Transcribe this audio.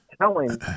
telling